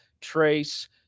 Trace